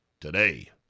today